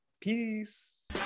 Peace